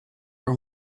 her